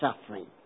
suffering